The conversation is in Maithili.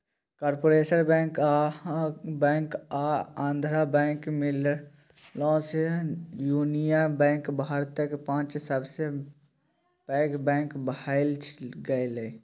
कारपोरेशन बैंक आ आंध्रा बैंक मिललासँ युनियन बैंक भारतक पाँचम सबसँ पैघ बैंक भए गेलै